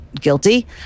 guilty